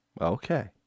Okay